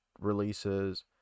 releases